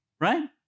Right